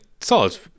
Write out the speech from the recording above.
solid